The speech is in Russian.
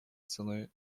ценой